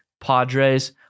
Padres